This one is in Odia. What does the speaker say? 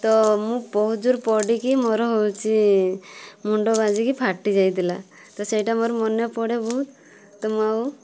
ତ ମୁଁ ବହୁତ ଜୋର ପଡ଼ିକି ମୋର ହଉଛି ମୁଣ୍ଡ ବାଜିକି ଫାଟିଯାଇଥିଲା ତ ସେଇଟା ମୋର ମନେ ପଡ଼େ ବହୁତ ତ ମୁଁ ଆଉ